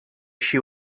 she